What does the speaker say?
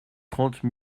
trente